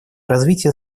развитие